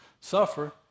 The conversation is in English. suffer